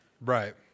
Right